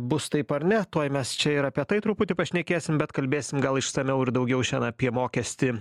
bus taip ar ne tuoj mes čia ir apie tai truputį pašnekėsim bet kalbėsim gal išsamiau ir daugiau šiandien apie mokestį